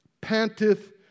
panteth